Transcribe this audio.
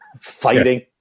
fighting